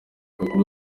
kuli